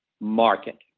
market